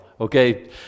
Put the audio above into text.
okay